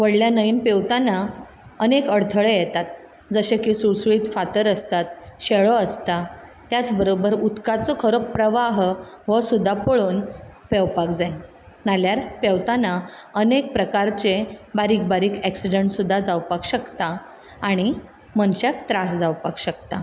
व्हडल्या न्हंयेंत पेंवताना अनेक अडथळे येतात जशें की सुळसूळीत फातर आसतात शेळो आसता त्याच बरोबर उदकाचो खरो प्रवाह हो सुद्दां पळोवन पेंवपाक जाय नाल्यार पेंवताना अनेक प्रकारचे बारीक बारीक एक्सीडंट सुद्दां जावपाक शकता आनी मनश्याक त्रास जावपाक शकता